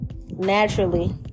naturally